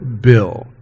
bill